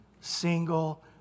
single